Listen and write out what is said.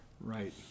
right